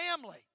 family